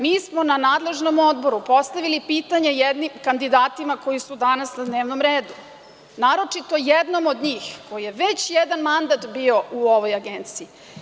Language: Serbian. Mi smo na nadležnom odboru postavili pitanje kandidatima koji su danas na dnevnom redu, naročito jednom od njih koji je već jedan mandat bio u ovoj agenciji.